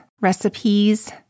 Recipes